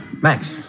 Max